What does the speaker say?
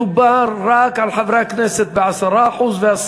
מדובר רק על חברי הכנסת והשרים,